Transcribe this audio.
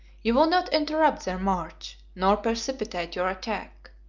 you will not interrupt their march, nor precipitate your attack.